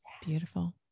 Beautiful